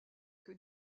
que